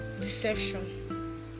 deception